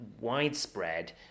widespread